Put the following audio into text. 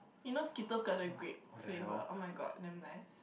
you know Skittles got the grape flavour [oh]-my-god damn nice